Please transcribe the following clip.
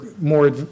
more